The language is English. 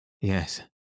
Yes